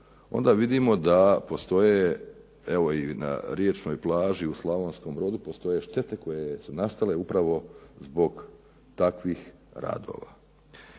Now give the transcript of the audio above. onda vidimo da postoje evo i na riječnoj plaži u Slavonskom Brodu štete koje su nastale upravo zbog takvih radova.